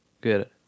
good